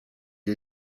est